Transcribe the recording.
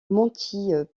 monty